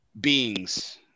beings